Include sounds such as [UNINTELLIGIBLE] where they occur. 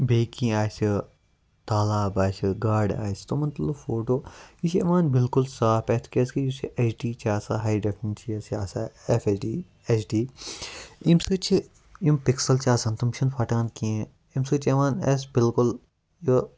بیٚیہِ کیٚنہہ آسہِ تالاب آسہِ گاڈٕ آسہِ تِمَن تُلو فوٹو یہِ چھِ یِوان بِلکُل صاف اَتھِ کیٛازِ کہِ یُس یہِ اٮ۪چ ڈی چھِ آسان ہاے [UNINTELLIGIBLE] چھِ آسان F H D H D ییٚمہِ سۭتۍ چھِ یِم پِکسَل چھِ آسان تِم چھِنہٕ پھَٹان کیٚنہہ اَمہِ سۭتۍ چھِ یِوان اَسہِ بِلکُل یہِ